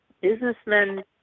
businessmen